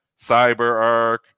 CyberArk